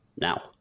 now